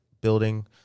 building